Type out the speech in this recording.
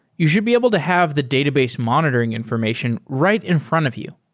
you should be able to have the database monitoring information right in front of you.